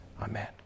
Amen